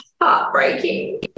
heartbreaking